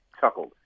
chuckled